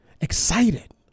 excited